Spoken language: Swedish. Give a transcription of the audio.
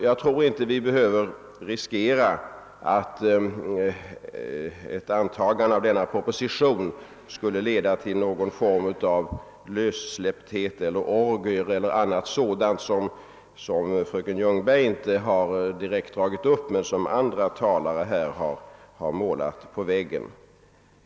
Jag tror inte vi behöver riskera att ett antagande av denna proposition skulle leda till någon form av lössläppthet, orgier eller annat sådant, som fröken Ljungberg inte direkt har tagit upp men som andra talare har målat ut.